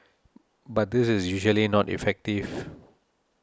but this is usually not effective